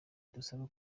dusabwa